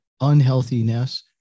unhealthiness